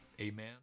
Amen